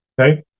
okay